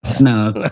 no